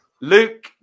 Luke